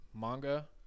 manga